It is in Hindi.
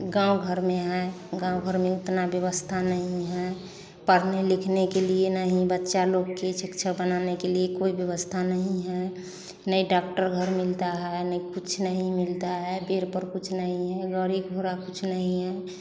गाँव घर में हैं गाँव घर में इतना व्यवस्था नहीं है पढ़ने लिखने के लिए नहीं बच्चा लोग कि शिक्षा बनाने के लिए कोई व्यवस्था नहीं है नाए डॉक्टर घर मिलता है ना ही कुछ मिलता है बीर पर कुछ नहीं है गाड़ी घोड़ा कुछ नहीं है